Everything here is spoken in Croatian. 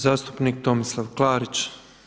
Zastupnik Tomislav Klarić.